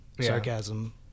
sarcasm